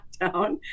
lockdown